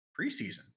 preseason